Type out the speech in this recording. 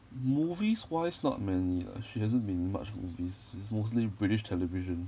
movies wise not many uh she hasn't been in much movies it's mostly british television